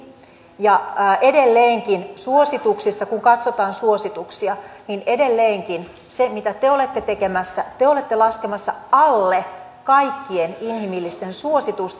ja kun katsotaan suosituksia niin edelleen se mitä te olette tekemässä on se että te olette laskemassa alle kaikkien inhimillisten suositusten